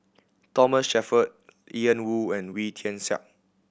Thomas Shelford Ian Woo and Wee Tian Siak